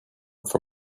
for